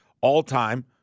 all-time